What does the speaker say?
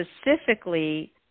specifically